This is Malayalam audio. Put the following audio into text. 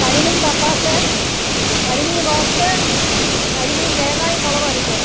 കരിമീൻ പപ്പാസ് കരിമീൻ റോസ്റ്റെ കരിമീൻ തേങ്ങായും മുളകും അരച്ചത്